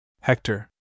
Hector